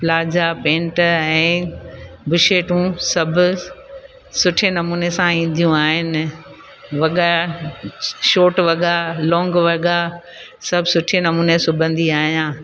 plaza pant ऐं बुशेटूं सभु सुठे नमूने सां ईंदियूं आहिनि वॻा शोट वॻा लोंग वॻा सभु सुठे नमूने सिबंदी आहियां